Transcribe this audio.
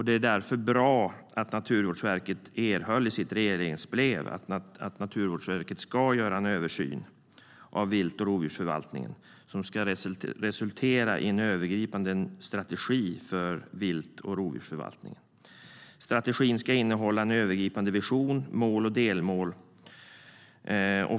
Det är därför bra att Naturvårdsverket i enlighet med sitt regleringsbrev ska göra en översyn av vilt och rovdjursförvaltningen, som ska resultera i en övergripande strategi för vilt och rovdjursförvaltning. Strategin ska innehålla en övergripande vision samt mål och delmål.